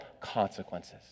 consequences